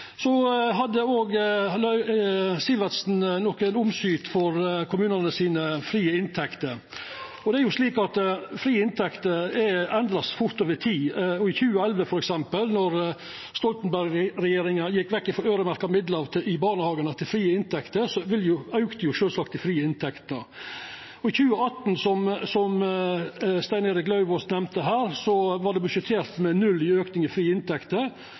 Sivertsen hadde også omsut for dei frie inntektene til kommunane. Frie inntekter vert endra fort over tid. I 2011, f.eks., då Stoltenberg-regjeringa gjekk vekk frå øyremerkte midlar til barnehagane og over til frie inntekter, auka sjølvsagt dei frie inntektene. I 2018, som representanten Stein Erik Lauvås nemnde, var det budsjettert med null auke i frie inntekter.